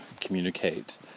communicate